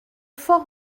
fort